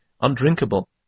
undrinkable